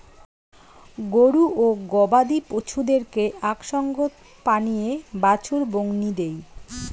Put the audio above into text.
গরু ও গবাদি পছুদেরকে আক সঙ্গত পানীয়ে বাছুর বংনি দেই